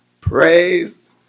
praise